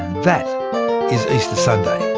that's easter sunday.